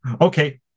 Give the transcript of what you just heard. okay